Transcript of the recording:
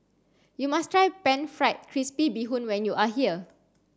you must try pan fried crispy bee hoon when you are here